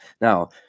Now